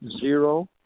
Zero